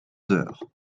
heures